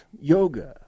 yoga